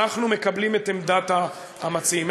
אנחנו מקבלים את עמדת המציעים.